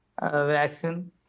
vaccine